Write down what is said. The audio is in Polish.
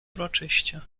uroczyście